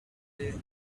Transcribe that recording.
day